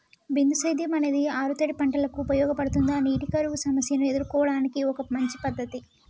బిందు సేద్యం అనేది ఆరుతడి పంటలకు ఉపయోగపడుతుందా నీటి కరువు సమస్యను ఎదుర్కోవడానికి ఒక మంచి పద్ధతి?